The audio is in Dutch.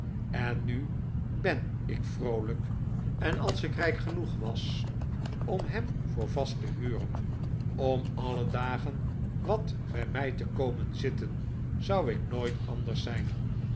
en nu ben ik vroolijk en als ik rijk genoeg was om hem voor vast te huren om alle dagen wat bij mij te komen zitten zou ik nooit anders zijn